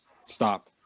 stop